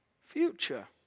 future